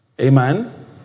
Amen